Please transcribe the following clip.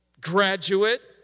graduate